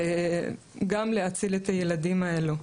גם להציל את הילדים האלו.